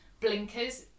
blinkers